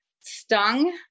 stung